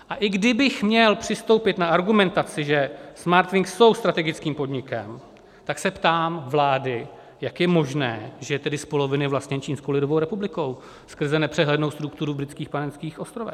A i kdybych měl přistoupit na argumentaci, že Smartwings jsou strategickým podnikem, tak se ptám vlády, jak je možné, že je tedy z poloviny vlastněn Čínskou lidovou republikou skrze nepřehlednou strukturu na Britských Panenských ostrovech?